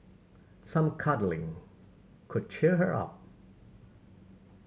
some cuddling could cheer her up